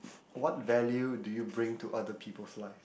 what value do you bring to other people's life